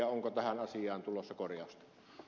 onko tähän asiaan tulossa korjausta